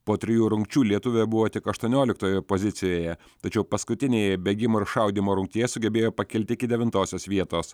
po trijų rungčių lietuvė buvo tik aštuonioliktojoje pozicijoje tačiau paskutinėje bėgimo ir šaudymo rungtyje sugebėjo pakilti iki devintosios vietos